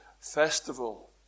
festival